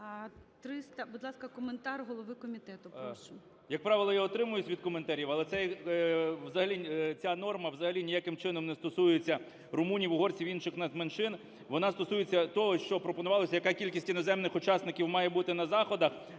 Будь ласка, коментар голови комітету. Прошу. 11:21:55 КНЯЖИЦЬКИЙ М.Л. Як правило, я утримуюсь від коментарів, але ця норма взагалі ніяким чином не стосується румунів, угорців, інших нацменшин. Вона стосується того, що пропонувалось, яка кількість іноземних учасників має бути на заходах